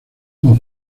don